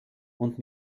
und